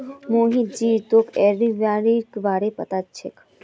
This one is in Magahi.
मोहित जी तोक एपियोलॉजीर बारे पता छोक